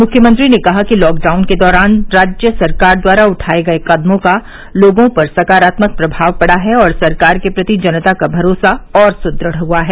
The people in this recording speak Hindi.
मुख्यमंत्री ने कहा कि लॉकडाउन के दौरान राज्य सरकार द्वारा उठाए गए कदमों का लोगों पर सकारात्मक प्रभाव पड़ा है और सरकार के प्रति जनता का भरोसा और सुदृढ़ हुआ है